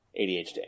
ADHD